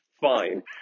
fine